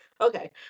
okay